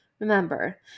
Remember